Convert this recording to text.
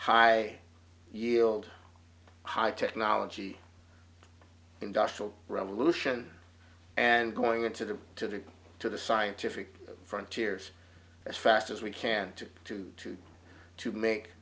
high yield high technology industrial revolution and going into the to the to the scientific frontiers as fast as we can to to to to make